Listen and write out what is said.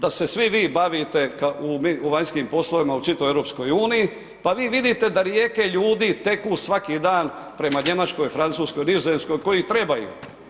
Da se svi vi bavite u vanjskim poslovima u čitavoj EU, pa vi vidite da rijeke ljudi teku svaki dan prema Njemačkoj, Francuskoj, Nizozemskoj koji trebaju.